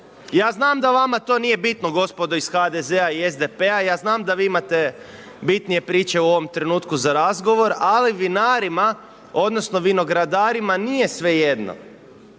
Ja znam da vama to nije bitno gospodo iz HDZ-a i SDP-a, ja znam da vi imate bitnije priče u ovom trenutku za razgovor, ali vinarima, odnosno vinogradarima nije svejedno